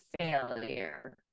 failure